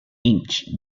inch